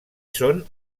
són